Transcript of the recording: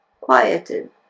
quieted